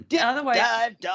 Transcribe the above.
otherwise